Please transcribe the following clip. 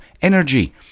energy